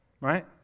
right